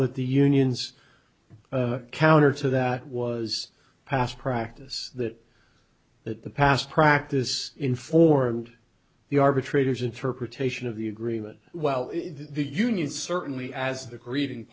that the union's counter to that was past practice that that the past practice informed the arbitrators interpretation of the agreement well the union certainly as the greeting